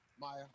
Maya